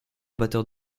batteur